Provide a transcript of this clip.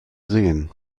sehen